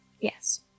Yes